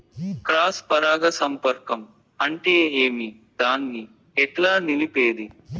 Cross పరాగ సంపర్కం అంటే ఏమి? దాన్ని ఎట్లా నిలిపేది?